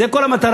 זו כל המטרה,